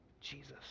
Jesus